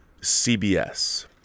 CBS